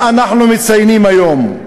מה אנחנו מציינים היום?